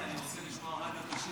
אני רוצה לשמוע רדיו 90 בירושלים.